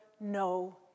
no